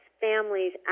families